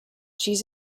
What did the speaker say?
she’s